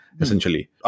essentially